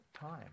time